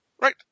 Right